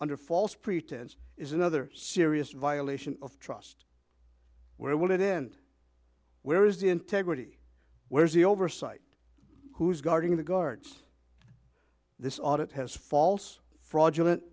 under false pretense is another serious violation of trust where will it end where is the integrity where is the oversight who's guarding the guards this audit has false fraudulent